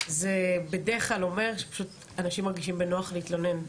זה בדרך כלל אומר שפשוט אנשים מרגישים בנוח להתלונן.